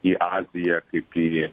į aziją kaip į